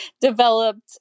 developed